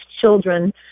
children